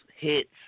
hits